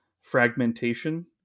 fragmentation